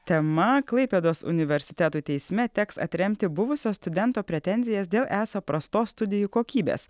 tema klaipėdos universitetui teisme teks atremti buvusio studento pretenzijas dėl esą prastos studijų kokybės